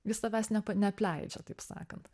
jis tavęs nepa neapleidžia taip sakant